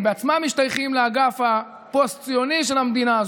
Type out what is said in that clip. הם בעצמם משתייכים לאגף הפוסט-ציוני של המדינה הזאת.